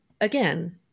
again